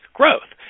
growth